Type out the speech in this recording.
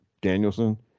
Danielson